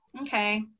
okay